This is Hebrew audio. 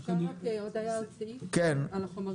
אפשר רק להוסיף על החומרים?